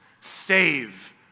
save